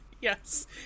Yes